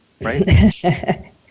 right